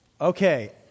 Okay